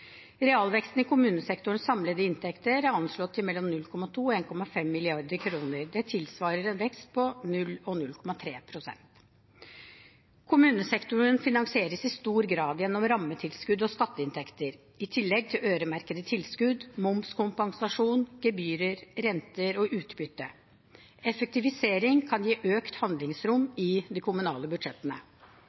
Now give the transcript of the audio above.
Realveksten i kommunesektorens samlede inntekter er anslått til mellom 0,2 og 1,5 mrd. kr. Det tilsvarer en vekst på 0 og 0,3 pst. Kommunesektoren finansieres i stor grad gjennom rammetilskudd og skatteinntekter, i tillegg til øremerkede tilskudd, momskompensasjon, gebyrer, renter og utbytte. Effektivisering kan gi økt handlingsrom i de kommunale budsjettene.